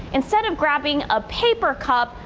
instead of grabbing a paper cup,